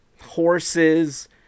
horses